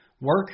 Work